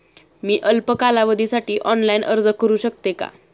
मी अल्प कालावधीसाठी ऑनलाइन अर्ज करू शकते का?